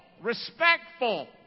Respectful